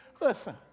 Listen